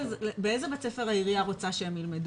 באיזה בית ספר העירייה רוצה שהם ילמדו,